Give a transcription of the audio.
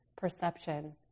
perception